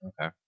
Okay